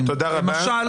אני אשמח לחדד.